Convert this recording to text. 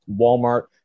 Walmart